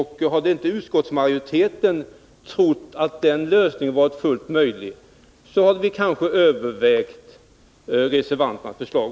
Hade inte utskottsmajoriteten trott att den lösningen varit fullt möjlig, skulle vi kanske ha övervägt reservanternas förslag.